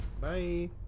Bye